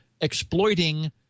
exploiting